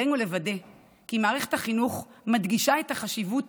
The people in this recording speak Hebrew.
עלינו לוודא כי מערכת החינוך מדגישה את החשיבות